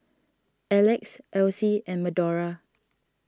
Alex Alcie and Madora